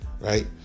right